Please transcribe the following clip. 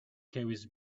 carries